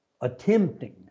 attempting